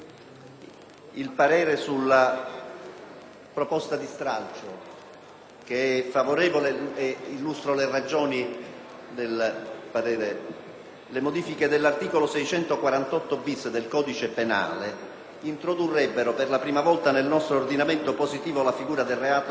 proposta di stralcio S1.100 è favorevole e ne illustro le ragioni. Le modifiche dell'articolo 648-*bis* del codice penale introdurrebbero per la prima volta nel nostro ordinamento positivo la figura del reato del cosiddetto autoriciclaggio.